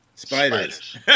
Spiders